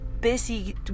busy